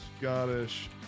Scottish